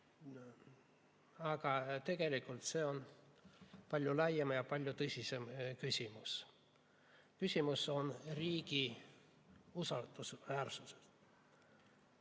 Aga tegelikult see on palju laiem ja palju tõsisem küsimus. Küsimus on riigi usaldusväärsuses. Kui